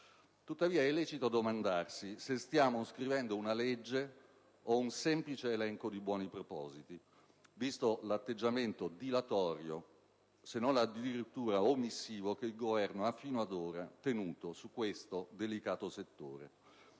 tuttavia, è lecito domandarsi se stiamo scrivendo una legge o un semplice elenco di buoni propositi, visto l'atteggiamento dilatorio, se non addirittura omissivo, che il Governo ha fino ad ora tenuto in questo delicato settore.